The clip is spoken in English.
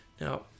now